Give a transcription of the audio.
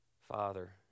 Father